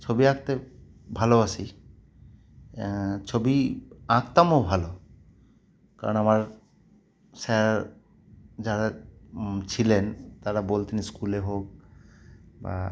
ছবি আঁকতে ভালোবাসি ছবি আঁকতামও ভালো কারণ আমার স্যার যারা ছিলেন তারা বলতেন স্কুলে হোক বা